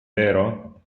vero